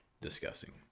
discussing